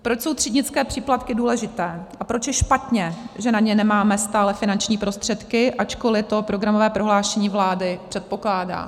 Proč jsou třídnické příplatky důležité a proč je špatně, že na ně nemáme stále finanční prostředky, ačkoliv to programové prohlášení vlády předpokládá?